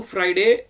Friday